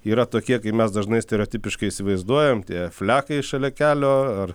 yra tokie kaip mes dažnai stereotipiškai įsivaizduojam tie flekai šalia kelio ar